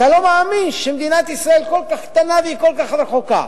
אתה לא מאמין שמדינת ישראל כל כך קטנה והיא כל כך רחוקה.